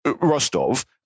Rostov